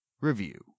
review